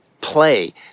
play